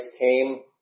came